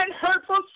hurtful